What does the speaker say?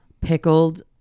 Pickled